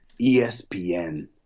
ESPN